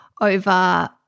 over